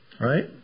Right